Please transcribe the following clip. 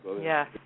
Yes